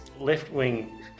left-wing